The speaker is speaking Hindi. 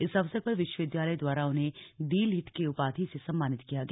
इस अवसर पर विश्वविद्यालय द्वारा उन्हें डी लिट की उपाधि से सम्मानित किया गया